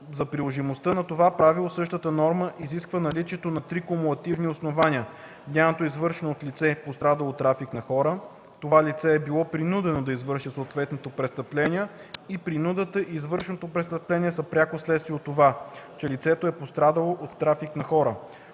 За приложимостта на това правило, същата норма изисква наличието на три кумулативни основания – деянието е извършено от лице, пострадало от трафик на хора, това лице е било принудено да извърши съответното престъпление и принудата и извършеното престъпление са пряко следствие от това, че лицето е пострадало от трафик на хора.